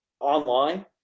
online